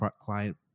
client